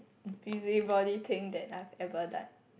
busybody thing that I've ever done